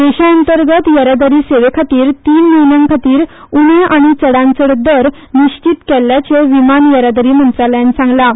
देशांतर्गत येरादारी सेवे खातीर तीन म्हयन्यां खातीर उणे आनी चडांत चड दर निश्चीत केल्ल्याचें विमान येरादारी मंत्रालयान सांगलां